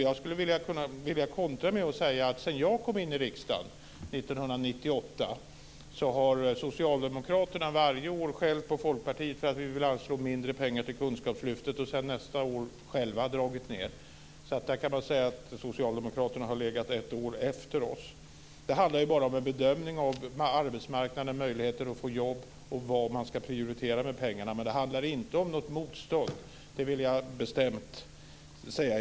Jag skulle vilja kontra med att säga att sedan jag kom in i riksdagen 1998 har Socialdemokraterna varje år skällt på Folkpartiet för att vi vill anslå mindre pengar till Kunskapslyftet och sedan nästa år själva dragit ned. Där kan man säga att socialdemokraterna har legat ett år efter oss. Det handlar bara om en bedömning av arbetsmarknaden, av möjligheterna att få jobb och av vad man ska prioritera. Men det handlar inte om något motstånd, det vill jag bestämt säga.